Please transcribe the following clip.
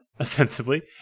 Ostensibly